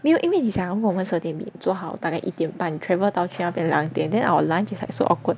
没有因为你讲他们我们十二点做好大概一点半 travel 到去那边两点 then our lunch is like so awkward